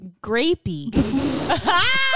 Grapey